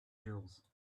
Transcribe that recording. jewels